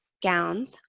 gowns,